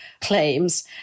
claims